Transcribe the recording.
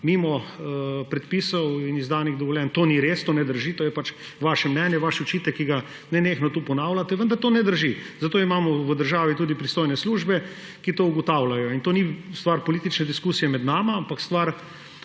mimo predpisov in izdanih dovoljenj. To ni res, to ne drži. To pač vaše mnenje, vaš očitek, ki ga nenehno tu ponavljate, vendar to ne drži. Zato imamo v državi tudi pristojne službe, ki to ugotavljajo. In to ni stvar politične diskusije med nama, pač pa stvar